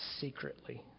Secretly